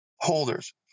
holders